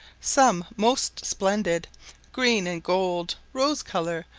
some most splendid green and gold, rose-colour,